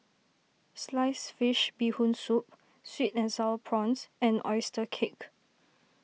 Sliced Fish Bee Hoon Soup Sweet and Sour Prawns and Oyster Cake